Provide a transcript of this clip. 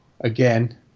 Again